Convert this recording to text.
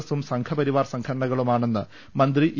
എസും സംഘപരിവാർ സംഘടനക ളുമാണെന്ന് മന്ത്രി ഇ